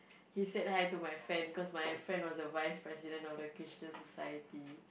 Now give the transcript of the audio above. he said hi to my friend cause my friend was the vice president of the Christian society